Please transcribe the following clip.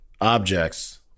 objects